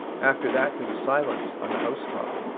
after that there was silence on the house-top,